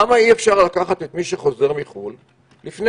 למה אי אפשר לבדוק את אלה שחוזרים מחו"ל עוד לפני